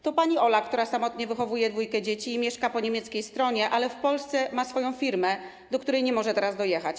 To pani Ola, która samotnie wychowuje dwójkę dzieci i mieszka po niemieckiej stronie, ale w Polsce ma swoją firmę, do której nie może teraz dojechać.